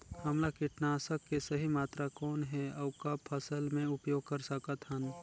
हमला कीटनाशक के सही मात्रा कौन हे अउ कब फसल मे उपयोग कर सकत हन?